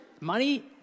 money